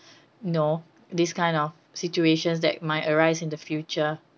you know these kind of situations that might arise in the future